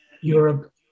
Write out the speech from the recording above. Europe